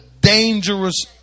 dangerous